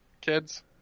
kids